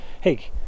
hey